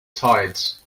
tides